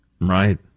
Right